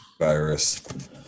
virus